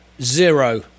zero